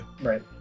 Right